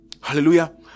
Hallelujah